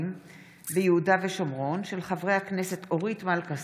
פטין מולא, מאי גולן, שלמה קרעי, קטי קטרין שטרית,